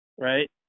right